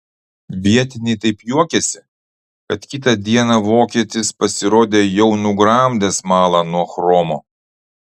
vietiniai taip juokėsi kad kitą dieną vokietis pasirodė jau nugramdęs smalą nuo chromo